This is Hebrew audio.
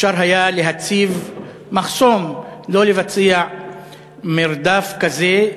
אפשר היה להציב מחסום ולא לבצע מרדף כזה,